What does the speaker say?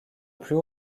plus